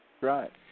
Right